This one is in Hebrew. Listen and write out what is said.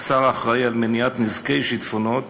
כשר האחראי למניעת נזקי שיטפונות,